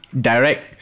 direct